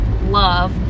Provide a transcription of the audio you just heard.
love